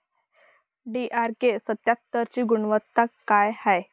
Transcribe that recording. DRK सत्यात्तरची गुनवत्ता काय हाय?